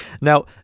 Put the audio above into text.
Now